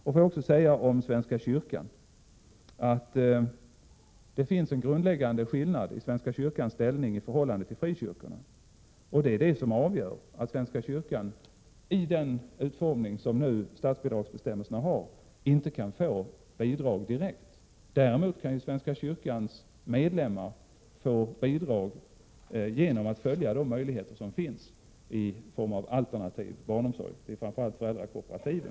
Jag vill beträffande svenska kyrkan säga att det finns en grundläggande skillnad i svenska kyrkans ställning i förhållande till frikyrkornas, och det är den som gör att svenska kyrkan med den utformning som statsbidragsbestämmelserna nu har inte kan få bidrag direkt. Däremot kan svenska kyrkans medlemmar få bidrag genom att utnyttja de möjligheter till alternativ barnomsorg som finns, framför allt i form av föräldrakooperativ.